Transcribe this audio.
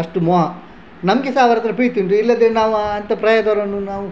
ಅಷ್ಟು ಮೋಹ ನಮಗೆ ಸಹ ಅವರ ಹತ್ರ ಪ್ರೀತಿ ಉಂಟು ಇಲ್ಲಂದ್ರೆ ನಾವು ಅಂಥ ಪ್ರಾಯದವರನ್ನು ನಾವು